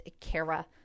Kara